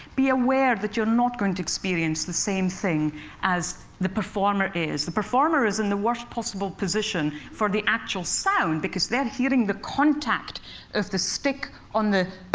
be aware that you're not going to experience the same thing as the performer is. the performer is in the worst possible position for the actual sound, because they're hearing the contact of the stick on the